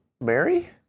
Mary